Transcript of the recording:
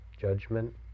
judgment